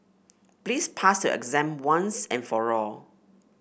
please pass your exam once and for all